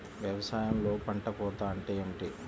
వ్యవసాయంలో పంట కోత అంటే ఏమిటి?